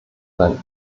sein